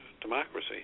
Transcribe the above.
democracy